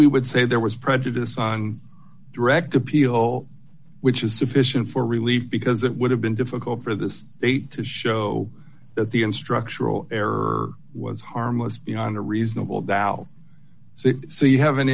we would say there was prejudice on direct appeal which is sufficient for relief because it would have been difficult for the state to show that the in structural error was harmless beyond a reasonable doubt so you have an